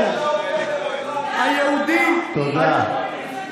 בצע המוכן למכור את הפטריוטיזם שלו".